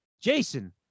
Jason